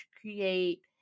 create